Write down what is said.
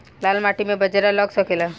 लाल माटी मे बाजरा लग सकेला?